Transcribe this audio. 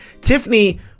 Tiffany